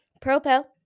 propel